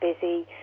busy